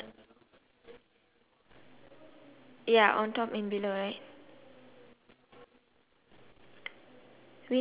on his left got two ya okay ya mm